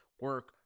Work